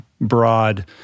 broad